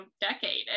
decade